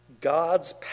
God's